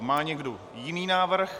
Má někdo jiný návrh?